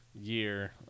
Year